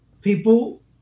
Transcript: people